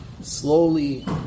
Slowly